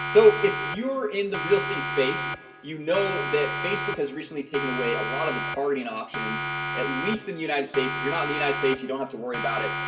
so if you're in the real estate space you know that facebook has recently taken away a lot of the targeting options at least in the united states if you're not in the united states you don't have to worry about it,